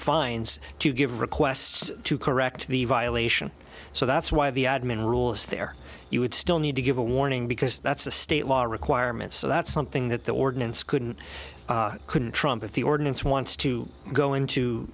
fines to give requests to correct the violation so that's why the admin rules there you would still need to give a warning because that's a state law requirement so that's something that the ordinance couldn't couldn't trump if the ordinance wants to go into